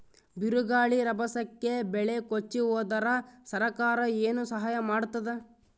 ಬಿರುಗಾಳಿ ರಭಸಕ್ಕೆ ಬೆಳೆ ಕೊಚ್ಚಿಹೋದರ ಸರಕಾರ ಏನು ಸಹಾಯ ಮಾಡತ್ತದ?